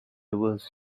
rivers